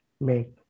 make